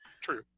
true